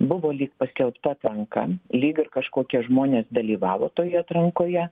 buvo lyg paskelbta ten ka lyg ir kažkokie žmonės dalyvavo toj atrankoje